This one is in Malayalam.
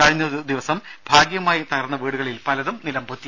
കഴിഞ്ഞദിവസം ഭാഗികമായി തകർന്ന വീടുകളിൽ പലതും നിലംപൊത്തി